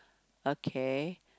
okay